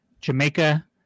Jamaica